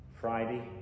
Friday